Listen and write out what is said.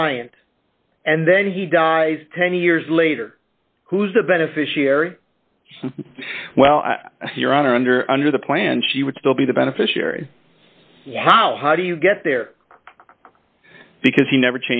client and then he dies ten years later who's the beneficiary well here on or under under the plan she would still be the beneficiary how how do you get there because he never